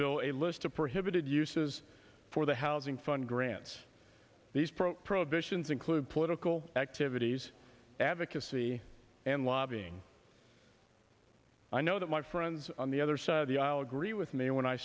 bill a list of prohibited uses for the housing fund grants these pro prohibitions include political activities advocacy and lobbying i know that my friends on the other side of the aisle agree with me when i